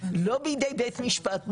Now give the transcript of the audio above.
לא בידי בית משפט,